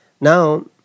now